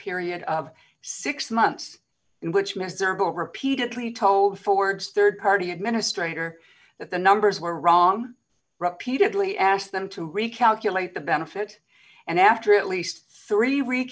period of six months in which mister ball repeatedly told forwards rd party administrator that the numbers were wrong repeatedly asked them to recalculate the benefit and after at least three